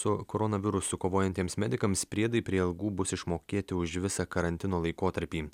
su koronavirusu kovojantiems medikams priedai prie algų bus išmokėti už visą karantino laikotarpį